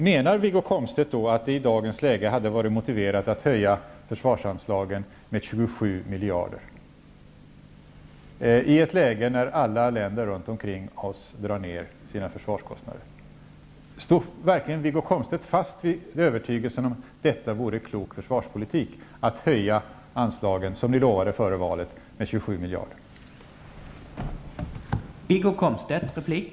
Menar Wiggo Komstedt att det i dagens läge hade varit motiverat att höja försvarsanslagen med 27 miljarder, i ett läge då alla länder runt omkring oss drar ner på sina försvarskostnader? Står Wiggo Komstedt fast vid övertygelsen att detta vore klok försvarspolitik, att höja anslagen med 27 miljarder, som ni lovade före valet?